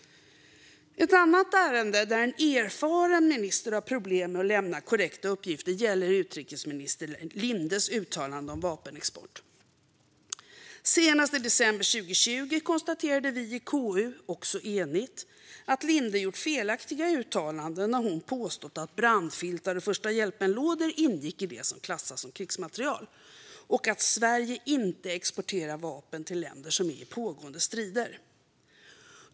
Ett annat ärende där en erfaren minister har problem med att lämna korrekta uppgifter gäller utrikesminister Lindes uttalanden om vapenexport. Senast i december 2020 konstaterade vi i KU, också enigt, att Linde hade gjort felaktiga uttalanden när hon hade påstått att brandfiltar och första hjälpen-lådor ingick i det som klassas som krigsmateriel och att Sverige inte exporterar vapen till länder som är med i pågående strider.